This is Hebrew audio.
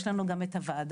יש לנו גם את הוועדה,